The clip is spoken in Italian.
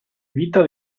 vita